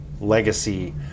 legacy